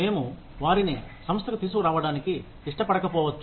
మేము వారిని సంస్థకు తీసుకురావడానికి ఇష్టపడకపోవచ్చు